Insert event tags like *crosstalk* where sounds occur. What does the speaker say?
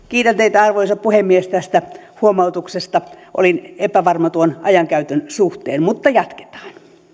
*unintelligible* kiitän teitä arvoisa puhemies tästä huomautuksesta olin epävarma tuon ajankäytön suhteen mutta jatketaan